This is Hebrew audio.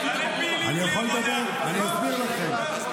אני אסביר לכם.